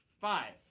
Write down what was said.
Five